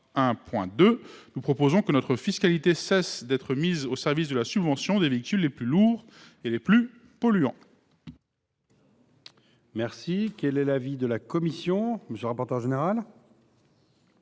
A1.2, nous proposons que notre fiscalité cesse d’être mise au service de la subvention des véhicules les plus lourds et les plus polluants.